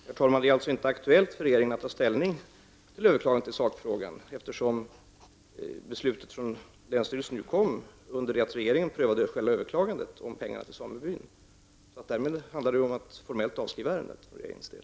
Herr talman! Det är inte aktuellt för regeringen att ta ställning till överklagandet i sakfrågan eftersom beslutet från länsstyrelsen kom under det att regeringen prövade själva överklagandet om pengarna till samebyn. Därmed handlar det ju om att formellt avskriva ärendet för regeringens del.